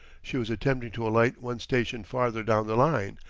she was attempting to alight one station farther down the line,